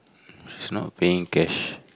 he's not paying cash